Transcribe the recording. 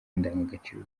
indangagaciro